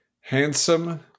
Handsome